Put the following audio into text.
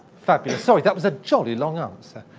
fabulous. sorry, that was a jolly long answer.